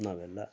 ನಾವೆಲ್ಲ